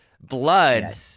Blood